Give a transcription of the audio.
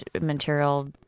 material